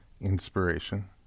inspiration